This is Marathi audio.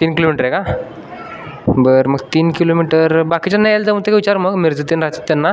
तीन किलोमीटर आहे का बरं मग तीन किलोमीटर बाकीच्यांना यायला जमतं का विचार मग मिरजेतून येते त्यांना